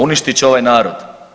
Uništit će ovaj narod.